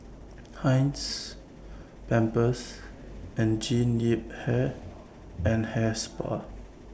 Heinz Pampers and Jean Yip Hair and Hair Spa